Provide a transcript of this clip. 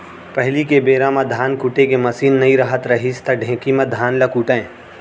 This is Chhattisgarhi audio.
पहिली के बेरा म धान कुटे के मसीन नइ रहत रहिस त ढेंकी म धान ल कूटयँ